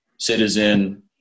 Citizen